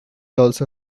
also